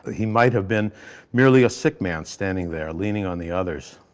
he might have been merely a sick man standing there, leaning on the others.